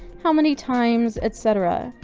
how many times, etc.